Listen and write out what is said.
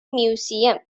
museum